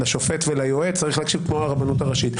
לשופט וליועץ צריך משהו כמו הרבנות הראשית.